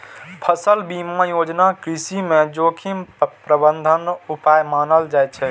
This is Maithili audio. फसल बीमा योजना कृषि मे जोखिम प्रबंधन उपाय मानल जाइ छै